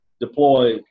deploy